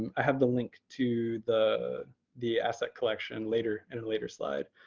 i have the link to the the asset collection later in a later slide.